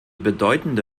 bedeutende